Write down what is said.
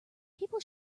people